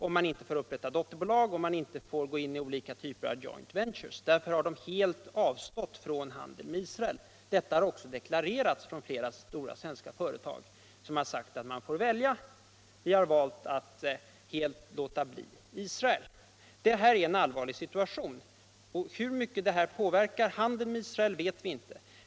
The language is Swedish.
eller dotterföretag, eller om man inte får gå in i olika typer av joint ventures. Därför har företagen helt avstått från handeln med Israel. Detia har deklarerats av flera stora svenska företag som har sagt: Man får välja — vi har valt att låta bli att handla med Israel. Deua är en allvarlig situation. Hur mycket detta påverkar handeln med Israel vet vi inte.